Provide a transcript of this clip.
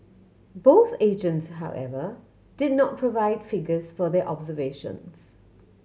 both agents however did not provide figures for their observations